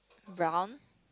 brown